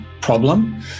problem